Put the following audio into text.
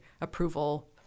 approval